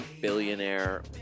billionaire